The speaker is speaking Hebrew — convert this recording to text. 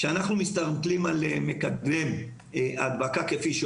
כשאנחנו מסתכלים על מקדם ההדבקה כפי שהוא